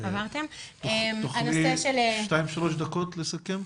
תוכלי לסכם בשתיים-שלוש דקות?